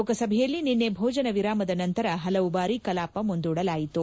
ಲೋಕಸಭೆಯಲ್ಲಿ ನಿನ್ನೆ ಭೋಜನ ವಿರಾಮದ ನಂತರ ಪಲವು ಬಾರಿ ಕಲಾಪ ಮುಂದೂಡಲಾಯಿತು